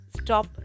stop